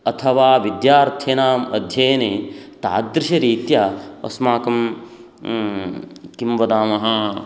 अथवा विद्यार्थिनाम् अध्ययने तादृशरीत्या अस्माकं किं वदामः